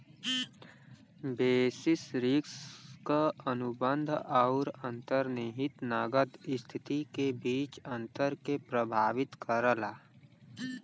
basis risk अनुबंध आउर अंतर्निहित नकद स्थिति के बीच अंतर के प्रभावित करला